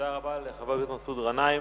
תודה רבה לחבר הכנסת מסעוד גנאים.